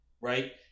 right